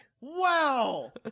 Wow